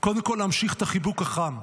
קודם כול להמשיך את החיבוק החם,